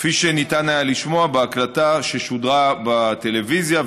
כפי שניתן היה לשמוע בהקלטה ששודרה בטלוויזיה,